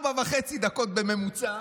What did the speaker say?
ארבע דקות וחצי בממוצע,